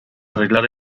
arreglar